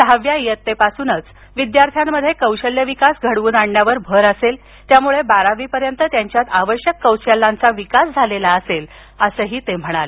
सहाव्या इयत्तेपासूनच विद्यार्थ्यांमध्ये कौशल्य विकास घडवून आणण्यावर भर असेल त्यामुळे बारावीपर्यंत त्यांच्यात आवश्यक कौशल्यांचा विकास झालेला असेल असं ते म्हणाले